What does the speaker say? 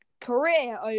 career